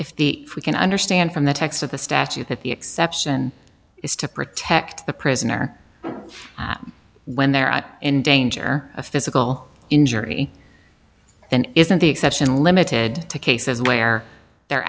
if the we can understand from the text of the statute that the exception is to protect the prisoner when they're in danger of physical injury and isn't the exception limited to cases where they're